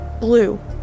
Blue